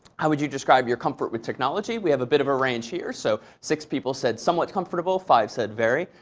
how would you describe your comfort with technology? we have a bit of a range here. so six people said somewhat comfortable, five said very,